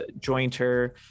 jointer